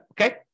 Okay